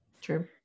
True